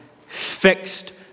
fixed